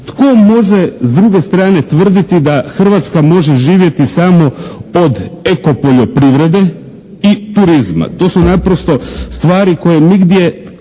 Tko može s druge strane tvrditi da Hrvatska može živjeti samo od eko poljoprivrede i turizma? To su naprosto stvari koje nigdje